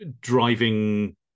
driving